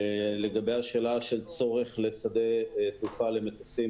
לגבי השאלה של צורך לשדה למטוסים,